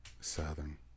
Southern